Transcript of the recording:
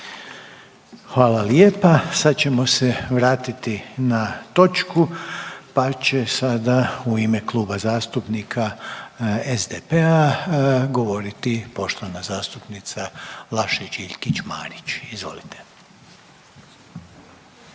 Hvala lijepa. Sad ćemo se vratiti na točku pa će sada u ime Kluba zastupnika SDP-a govoriti poštovana zastupnica Vlašić Iljkić-Marić. Izvolite.